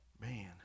Man